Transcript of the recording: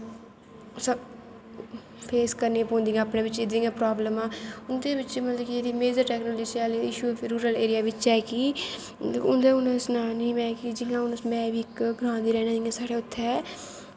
face करनियां पौंदियां अपनै बिच्च जियां प्रावलमां उंदे बिच्च मतलव कि major technical issue rural area बिच्च ऐ कि उंदा हून सनानी में बी इक ग्रांऽ दी रैह्नें आह्ली ऐं उत्थैं